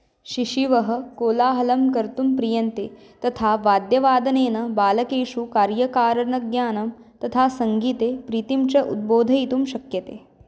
शिशवः कोलाहलं कर्तुं प्रीयन्ते तथा वाद्यवादनेन बालकेषु कार्यकारणज्ञानं तथा सङ्गीते प्रीतिं च उद्बोधयितुं शक्यते